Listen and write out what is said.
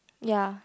ya